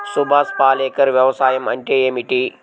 సుభాష్ పాలేకర్ వ్యవసాయం అంటే ఏమిటీ?